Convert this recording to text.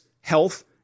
health